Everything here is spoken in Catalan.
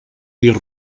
dir